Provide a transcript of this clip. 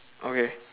okay